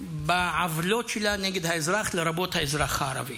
בעוולות שלה נגד האזרח, לרבות האזרח הערבי?